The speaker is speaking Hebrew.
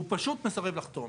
הוא פשוט מסרב לחתום.